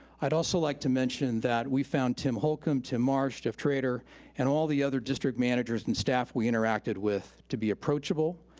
i'd also like to mention that we found tim holcomb, tim marsh, jeff trader and all the other district managers and staff we interacted with to be approachable,